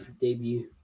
debut